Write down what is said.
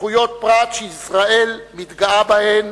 וזכויות פרט שישראל מתגאה בהם.